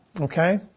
Okay